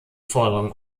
forderungen